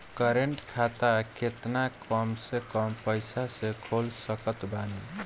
Current खाता केतना कम से कम पईसा से खोल सकत बानी?